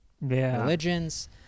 religions